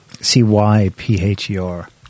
C-Y-P-H-E-R